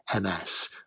MS